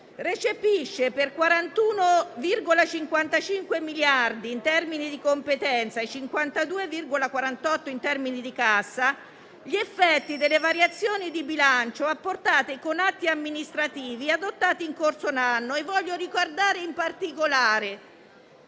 recepisce, per 41,55 miliardi in termini di competenza e per 52,48 in termini di cassa, gli effetti delle variazioni di bilancio apportate con atti amministrativi adottati in corso di anno. Voglio ricordare, in particolare,